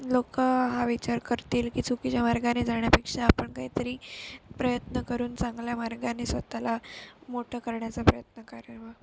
लोकं हा विचार करतील की चुकीच्या मार्गाने जाण्यापेक्षा आपण काहीतरी प्रयत्न करून चांगल्या मार्गाने स्वतःला मोठं करण्याचा प्रयत्न करावा